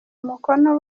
umukono